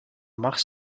mars